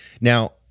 Now